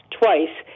twice